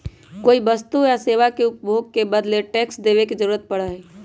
कोई वस्तु या सेवा के उपभोग के बदले टैक्स देवे के जरुरत पड़ा हई